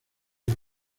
las